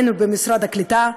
בין אם במשרד הקליטה,